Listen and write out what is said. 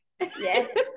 yes